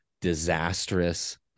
disastrous